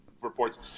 reports